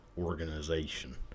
organization